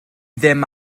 ddim